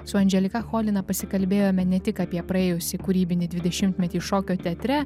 su andželika cholina pasikalbėjome ne tik apie praėjusį kūrybinį dvidešimtmetį šokio teatre